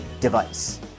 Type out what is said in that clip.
device